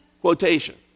quotation